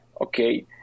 Okay